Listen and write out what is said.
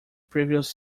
previous